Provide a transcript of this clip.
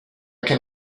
can